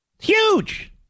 Huge